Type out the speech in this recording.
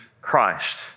Christ